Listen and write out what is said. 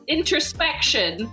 Introspection